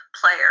player